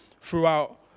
throughout